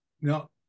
No